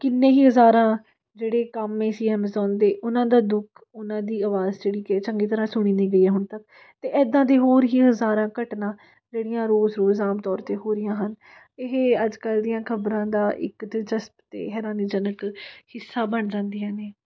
ਕਿੰਨੇ ਹੀ ਹਜ਼ਾਰਾਂ ਜਿਹੜੇ ਕਾਮੇ ਸੀ ਐਮਾਜ਼ੋਨ ਦੇ ਉਹਨਾਂ ਦਾ ਦੁੱਖ ਉਹਨਾਂ ਦੀ ਆਵਾਜ਼ ਜਿਹੜੀ ਕਿ ਚੰਗੀ ਤਰ੍ਹਾਂ ਸੁਣੀ ਨਹੀਂ ਗਈ ਹੁਣ ਤੱਕ ਅਤੇ ਇੱਦਾਂ ਦੇ ਹੋਰ ਹੀ ਹਜਾਰਾਂ ਘਟਨਾ ਜਿਹੜੀਆਂ ਰੋਜ਼ ਰੋਜ਼ ਆਮ ਤੌਰ 'ਤੇ ਹੋ ਰਹੀਆਂ ਹਨ ਇਹ ਅੱਜ ਕੱਲ੍ਹ ਦੀਆਂ ਖਬਰਾਂ ਦਾ ਇੱਕ ਦਿਲਚਸਪ ਅਤੇ ਹੈਰਾਨੀਜਨਕ ਹਿੱਸਾ ਬਣ ਜਾਂਦੀਆਂ ਨੇ